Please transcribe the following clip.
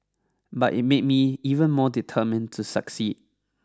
but it made me even more determined to succeed